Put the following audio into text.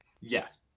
Yes